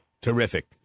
Terrific